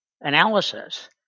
analysis